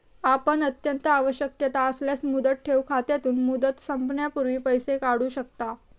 आपण अत्यंत आवश्यकता असल्यास मुदत ठेव खात्यातून, मुदत संपण्यापूर्वी पैसे काढू शकता